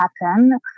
happen